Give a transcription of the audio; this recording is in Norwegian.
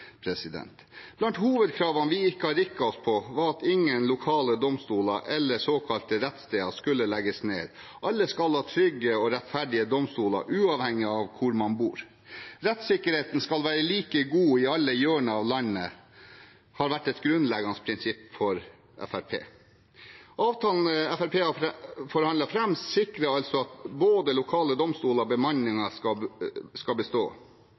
Blant hovedkravene vi ikke har rikket oss på, var at ingen lokale domstoler eller såkalte rettssteder skulle legges ned. Alle skal ha trygge og rettferdige domstoler, uavhengig av hvor man bor. At rettssikkerheten skal være like god i alle hjørner av landet, har vært et grunnleggende prinsipp for Fremskrittspartiet. Avtalen Fremskrittspartiet har forhandlet fram, sikrer altså at både lokale domstoler og bemanningen skal bestå.